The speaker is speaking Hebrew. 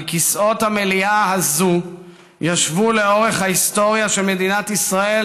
על כיסאות המליאה הזאת ישבו לאורך ההיסטוריה של מדינת ישראל